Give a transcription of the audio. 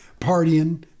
partying